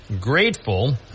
grateful